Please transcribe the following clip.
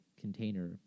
container